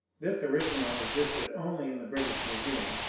this original existed only in the british museum,